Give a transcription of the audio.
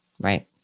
Right